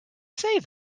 say